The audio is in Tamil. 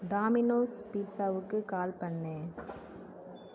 டாமினோஸ் பீட்சாவுக்கு கால் பண்ணு